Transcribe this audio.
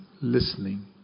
listening